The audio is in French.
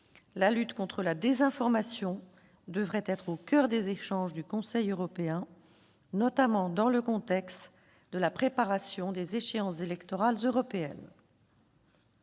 la lutte contre la désinformation devrait être au coeur des échanges du Conseil européen, notamment dans le contexte de la préparation des échéances électorales européennes.